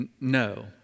no